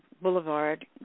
Boulevard